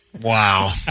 Wow